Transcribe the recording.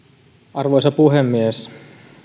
arvoisa puhemies